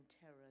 terror